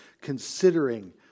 considering